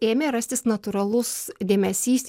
ėmė rastis natūralus dėmesys